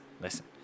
listen